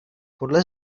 podle